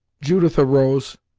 judith arose,